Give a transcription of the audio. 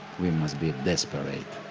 we must be desperate.